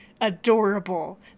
adorable